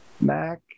Mac